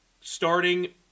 starting